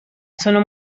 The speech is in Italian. sono